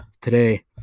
today